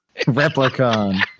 Replicon